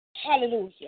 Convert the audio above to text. Hallelujah